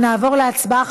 אנחנו נעבור להצבעה.